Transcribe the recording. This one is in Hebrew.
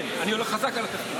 כן, אני הולך חזק על התפקיד.